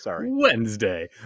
Wednesday